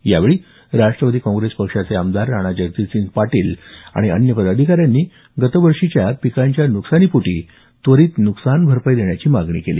या वेळी राष्ट्रवादी काँग्रेस पक्षाचे आमदार राणा जगजितसिंह पाटील आणि अन्य पदाधिकाऱ्यांनी गतवर्षीच्या पिकांच्या नुकसानीपोटी त्वरीत नुकसानभरपाई देण्याची मागणी केली